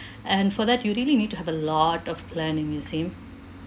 and for that you really need to have a lot of planning you see